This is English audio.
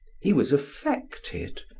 he was affected,